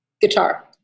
Guitar